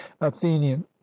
Athenian